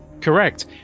Correct